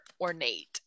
ornate